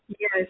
yes